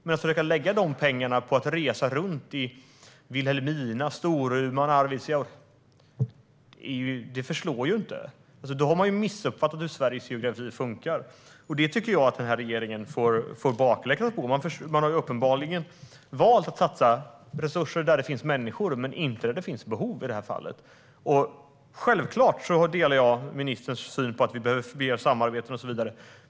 Men de pengarna förslår inte för att resa runt i Vilhelmina, Storuman och Arvidsjaur. Då har man missuppfattat Sveriges geografi. Regeringen får bakläxa på det här. Man har uppenbarligen valt att satsa resurser där det finns människor men inte där det finns behov i det här fallet. Jag delar självklart ministerns syn på att vi behöver mer samarbete och så vidare.